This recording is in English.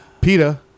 PETA